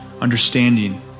understanding